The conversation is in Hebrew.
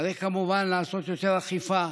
צריך כמובן לעשות יותר אכיפה,